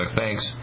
thanks